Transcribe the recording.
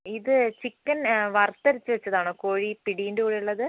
ഇത് ചിക്കൻ വറുത്തരച്ച് വച്ചതാണോ കോഴി പിടിൻ്റെ കൂടെ ഉള്ളത്